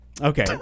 Okay